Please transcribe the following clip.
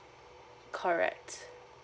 correct